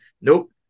Nope